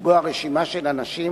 לקבוע רשימה של אנשים